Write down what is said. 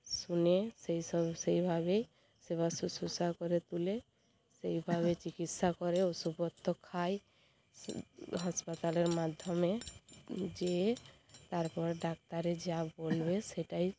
শুনে সেই সব সেইভাবেই সেবা শুশ্রূষা করে তুলে সেইভাবে চিকিৎসা করে ওষুধপত্র খায় হাসপাতালের মাধ্যমে যেয়ে তারপরে ডাক্তারে যা বলবে সেটাই